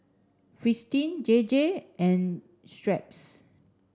Fristine J J and Schweppes